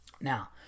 Now